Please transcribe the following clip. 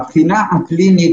הבחינה הקלינית,